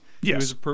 Yes